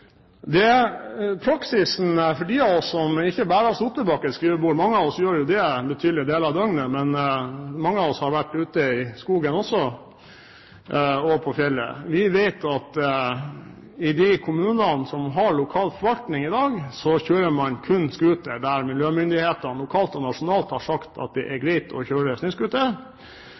De av oss som ikke bare har sittet bak et skrivebord – mange av oss gjør jo det betydelige deler av døgnet, men mange av oss har vært ute i skogen og på fjellet også – vet at i de kommunene som har lokal forvaltning i dag, kjører man kun snøscooter der miljømyndighetene lokalt og nasjonalt har sagt at det er greit å kjøre